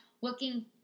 looking